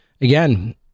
again